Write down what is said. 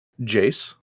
Jace